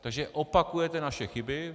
Takže opakujete naše chyby.